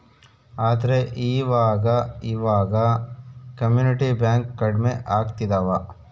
ಆದ್ರೆ ಈವಾಗ ಇವಾಗ ಕಮ್ಯುನಿಟಿ ಬ್ಯಾಂಕ್ ಕಡ್ಮೆ ಆಗ್ತಿದವ